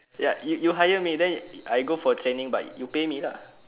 ya you you hire me then I go for training but you pay me lah